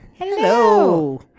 Hello